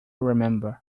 remember